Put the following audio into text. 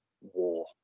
war